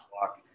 walk